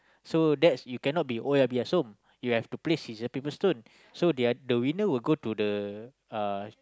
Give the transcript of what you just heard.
so that's you cannot be oh-yah-peh-yah-som you have to play scissor paper stone so their the winner will go to the uh